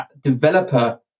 developer